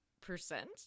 Percent